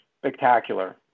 spectacular